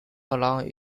along